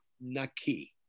Naki